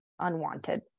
unwanted